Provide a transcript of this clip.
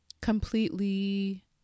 Completely